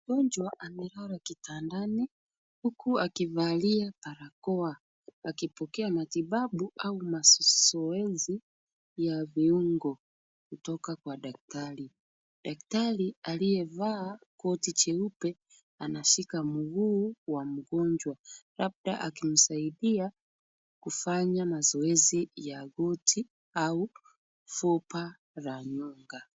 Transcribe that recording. Mgonjwa amelala kitandani huku akivalia barakoa akipokea matibabu au mazoezi ya viungo kutoka kwa daktari. Daktari aliyevaa koti jeupe anashika mguu wa mgonjwa labda akimsaidia kufanya mazoezi ya goti au fupa la nyuga.